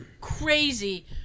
crazy